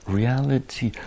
reality